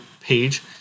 page